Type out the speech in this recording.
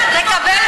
אלא מה